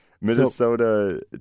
Minnesota